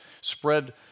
spread